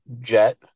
jet